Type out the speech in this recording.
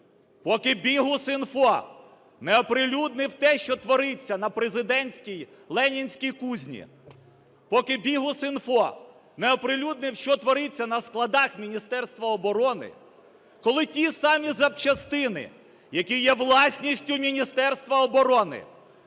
ПокиBihus.Info не оприлюднив те, що твориться на президентській "Ленінській кузні". ПокиBihus.Info не оприлюднив, що твориться на складах Міністерства оборони, коли ті самі запчастини, які є власністю Міністерства оборони,